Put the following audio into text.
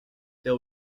there